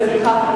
לפיכך,